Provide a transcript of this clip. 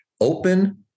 open